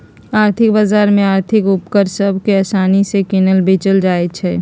आर्थिक बजार में आर्थिक उपकरण सभ के असानि से किनल बेचल जाइ छइ